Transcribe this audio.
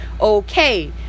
okay